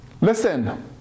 listen